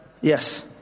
yes